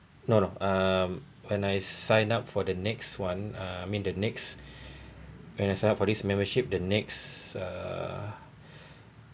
no no um when I sign up for the next one uh I mean the next when I sign up for this membership the next uh